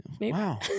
wow